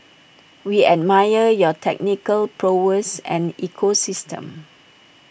we admire your technical prowess and ecosystem